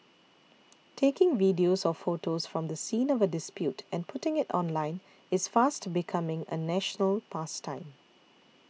taking videos or photos from the scene of a dispute and putting it online is fast becoming a national pastime